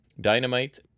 Dynamite